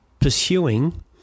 pursuing